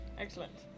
Excellent